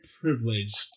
privileged